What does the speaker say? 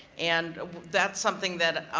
and that's something that